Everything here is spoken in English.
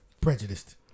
Prejudiced